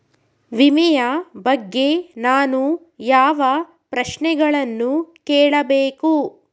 ವಿಮೆಯ ಬಗ್ಗೆ ನಾನು ಯಾವ ಪ್ರಶ್ನೆಗಳನ್ನು ಕೇಳಬೇಕು?